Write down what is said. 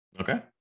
Okay